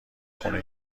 خونه